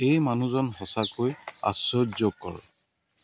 এই মানুহজন সঁচাকৈ আচৰ্য্যকৰ